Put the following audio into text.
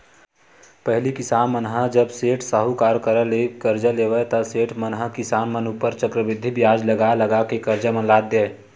पहिली किसान मन ह जब सेठ, साहूकार करा ले करजा लेवय ता सेठ मन ह किसान मन ऊपर चक्रबृद्धि बियाज लगा लगा के करजा म लाद देय